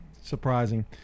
surprising